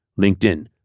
LinkedIn